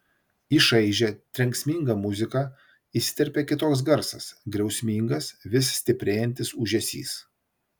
į šaižią trenksmingą muziką įsiterpia kitoks garsas griausmingas vis stiprėjantis ūžesys